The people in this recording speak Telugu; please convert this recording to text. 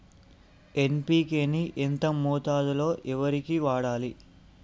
ఎన్.పి.కే ని ఎంత మోతాదులో వరికి వాడాలి?